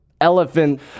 elephant